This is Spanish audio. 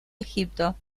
egipto